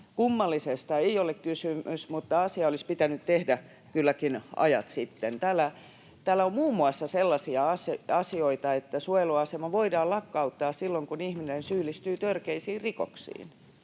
kummallisesta ei ole kysymys, mutta asia olisi pitänyt tehdä kylläkin ajat sitten. Täällä on muun muassa sellaisia asioita, että suojeluasema voidaan lakkauttaa silloin, kun ihminen syyllistyy törkeisiin rikoksiin.